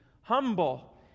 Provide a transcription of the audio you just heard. Humble